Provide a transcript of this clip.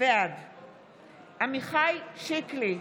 בעד עמיחי שיקלי,